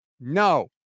No